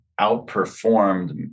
outperformed